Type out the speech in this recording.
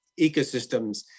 ecosystems